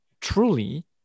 truly